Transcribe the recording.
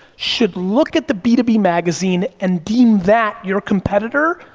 should look at the b two b magazine and deem that your competitor,